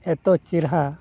ᱮᱛᱚ ᱪᱮᱨᱦᱟ